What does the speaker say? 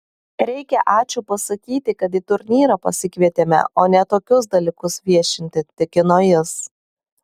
reikia ačiū pasakyti kad į turnyrą pasikvietėme o ne tokius dalykus viešinti tikino jis